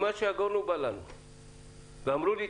אמרו לי: